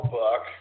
book